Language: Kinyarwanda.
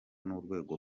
n’urwego